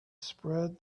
spread